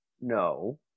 no